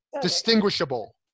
distinguishable